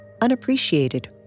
unappreciated